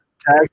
tag